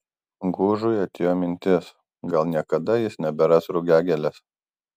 gužui atėjo mintis gal niekada jis neberas rugiagėlės